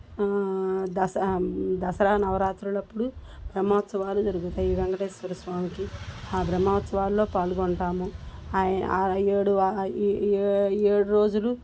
దసరా దసరా నవరాత్రులప్పుడు బ్రహ్మోత్సవాలు జరుగుతాయి వెంకటేశ్వర స్వామికి ఆ బ్రహ్మోత్సవాల్లో పాల్గొంటాము ఏడు రోజులూ